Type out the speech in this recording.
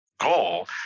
goal